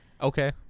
Okay